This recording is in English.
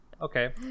Okay